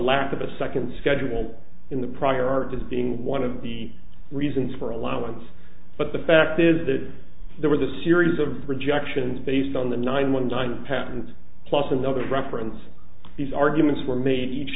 lack of a second schedule in the prior art as being one of the reasons for allowance but the fact is that there was a series of projections based on the nine one one patents plus another reference these arguments were made each